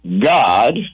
God